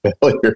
failure